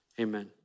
amen